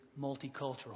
multicultural